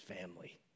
family